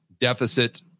deficit